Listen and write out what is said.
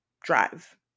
drive